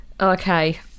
Okay